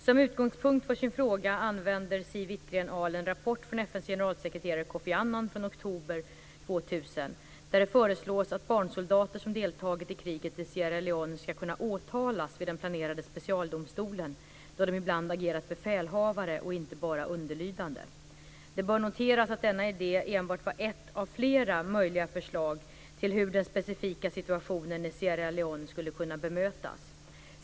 Som utgångspunkt för sin fråga använder Siw Kofi Annan från oktober 2000, där det föreslås att barnsoldater som deltagit i kriget i Sierra Leone ska kunna åtalas vid den planerade specialdomstolen då de ibland agerat befälhavare och inte bara underlydande. Det bör noteras att denna idé enbart var ett av flera möjliga förslag till hur den specifika situationen i Sierra Leone skulle kunna bemötas.